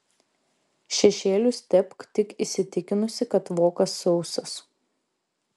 šešėlius tepk tik įsitikinusi kad vokas sausas